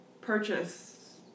purchase